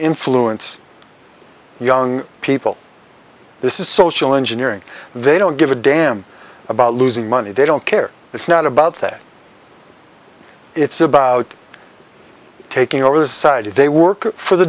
influence young people this is social engineering they don't give a damn about losing money they don't care it's not about that it's about taking over the society they work for the